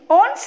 on